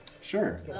sure